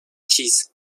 cheese